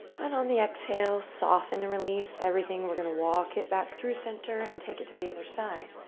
and on the exhale, soften and release everything. we're going to walk it back through center and take it to the other side.